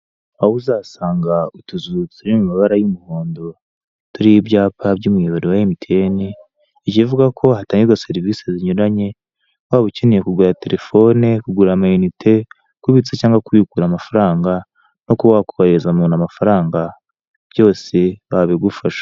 Aho uzasanga utuzu turi mu mabara y'umuhondo turiho ibyapa by'umuyoboro wa emutiyene ni byiza ko hatangirwa serivise zinyuranye waba ukeneye kugura terefone, kugura amayinite, kubitse cyangwa kubikura amafaranga no kuba wakohereza amafaranga byose babigufasha.